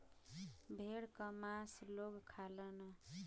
भेड़ क मांस लोग खालन